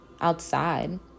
outside